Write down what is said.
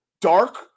dark